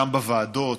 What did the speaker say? גם בוועדות,